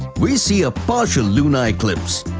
we see a partial lunar eclipse.